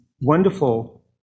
wonderful